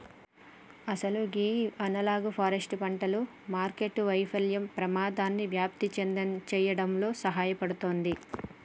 అసలు గీ analogue forest పంటలు మార్కెట్టు వైఫల్యం పెమాదాన్ని వ్యాప్తి సేయడంలో సహాయపడుతుంది